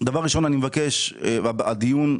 הדיון,